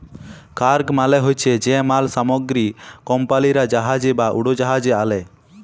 cargo মালে হছে যে মাল সামগ্রী কমপালিরা জাহাজে বা উড়োজাহাজে আলে